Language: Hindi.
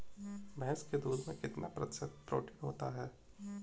भैंस के दूध में कितना प्रतिशत प्रोटीन होता है?